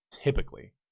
typically